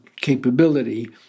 capability